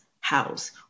house